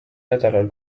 nädalal